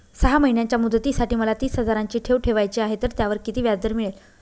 सहा महिन्यांच्या मुदतीसाठी मला तीस हजाराची ठेव ठेवायची आहे, तर त्यावर किती व्याजदर मिळेल?